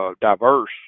diverse